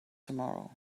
tomorrow